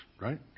right